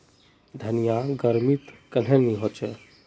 धनिया गर्मित कन्हे ने होचे?